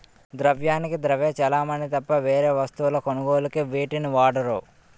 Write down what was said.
ద్రవ్యానికి ద్రవ్య చలామణి తప్ప వేరే వస్తువుల కొనుగోలుకు వీటిని వాడరు